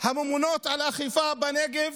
שממונות על האכיפה בנגב